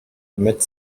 emmett